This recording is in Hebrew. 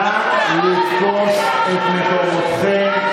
נא לתפוס את מקומותיכם.